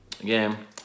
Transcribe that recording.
again